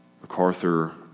MacArthur